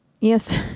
yes